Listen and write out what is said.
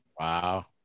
Wow